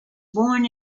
born